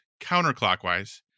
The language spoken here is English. counterclockwise